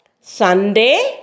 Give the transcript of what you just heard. Sunday